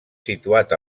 situat